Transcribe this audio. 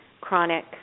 chronic